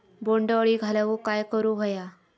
बोंड अळी घालवूक काय करू व्हया?